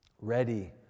Ready